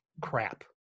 crap